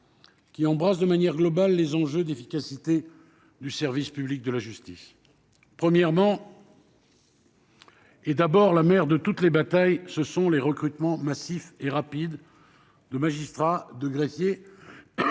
qui correspondent, de manière globale, aux enjeux d'efficacité du service public de la justice. Le premier objectif, la mère de toutes les batailles, c'est le recrutement massif et rapide de magistrats, de greffiers,